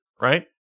right